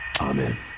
Amen